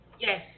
Yes